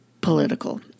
political